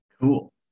Cool